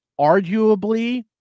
arguably